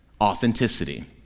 authenticity